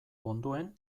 ondoen